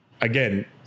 again